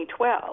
2012